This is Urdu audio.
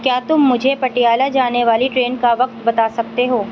کیا تم مجھے پٹیالہ جانے والی ٹرین کا وقت بتا سکتے ہو